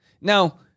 Now